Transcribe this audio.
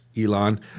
Elon